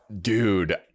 dude